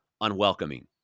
unwelcoming